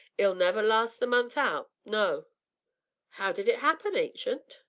e'll never last the month out no how did it happen, ancient?